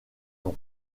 nom